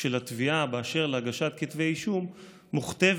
של התביעה באשר להגשת כתבי אישום מוכתבת,